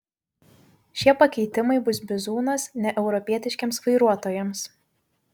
šie pakeitimai bus bizūnas neeuropietiškiems vairuotojams